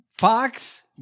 Fox